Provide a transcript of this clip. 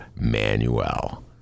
Manuel